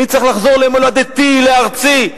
אני צריך לחזור למולדתי, לארצי.